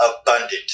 abundant